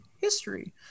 history